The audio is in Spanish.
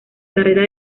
carrera